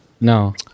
No